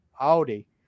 Audi